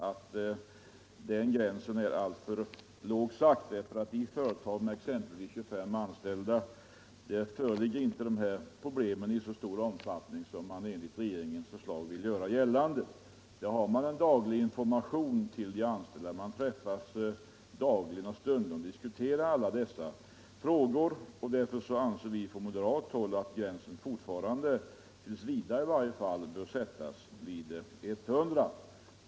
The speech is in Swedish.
Herr Bengtsson bör veta att det i företag med 25 anställda inte föreligger problem i så stor omfattning som det görs gällande i regeringens förslag. I sådana företag har man ju en daglig information till de anställda. Man träffas dagligen och stundligen och diskuterar alla dessa frågor, och därför anser vi på moderat håll att gränsen, åtminstone t. v., bör sättas vid 100.